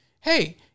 Hey